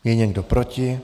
Je někdo proti?